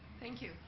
thank you.